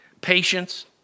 patience